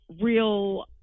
real